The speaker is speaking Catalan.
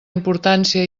importància